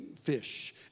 fish